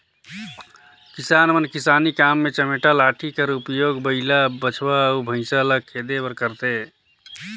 किसान मन किसानी काम मे चमेटा लाठी कर उपियोग बइला, बछवा अउ भइसा ल खेदे बर करथे